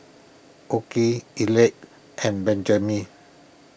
Okey Elex and Benjiman